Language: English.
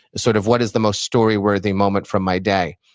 sort of what is the most story-worthy moment from my day.